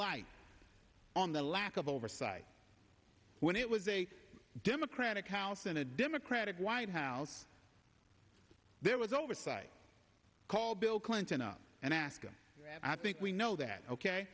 light on the lack of oversight when it was a democratic house and a democratic white house there was oversight call bill clinton up and ask i think we know that ok